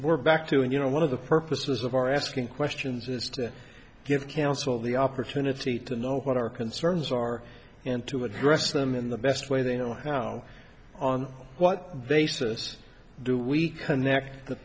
we're back to and you know one of the purposes of our asking questions is to give counsel the opportunity to know what our concerns are and to address them in the best way they know how on what basis do we connect the